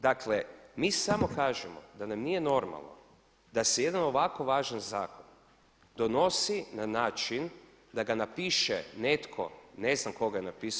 Dakle mi samo kažemo da nam nije normalno da se jedan ovako važan zakon donosi na način da ga napiše netko, ne znam ko ga je napisao.